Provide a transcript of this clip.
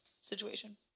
situation